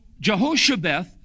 Jehoshabeth